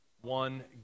one